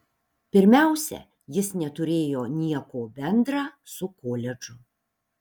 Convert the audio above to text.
pirmiausia jis neturėjo nieko bendra su koledžu